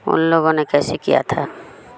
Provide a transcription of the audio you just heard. ان لوگوں نے کیسے کیا تھا